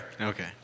Okay